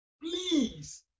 please